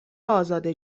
ازاده